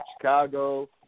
Chicago